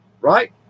right